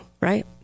right